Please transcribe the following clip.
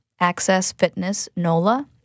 accessfitnessnola